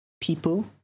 People